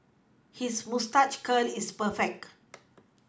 his moustache curl is perfect